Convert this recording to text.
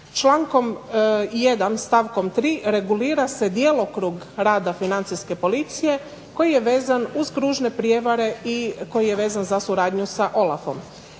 Člankom 1. stavkom 3. regulira se djelokrug rada Financijske policije koji je vezan uz kružne prijevare i koji je vezan za suradnju sa OLAF-om.